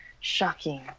Shocking